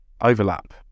overlap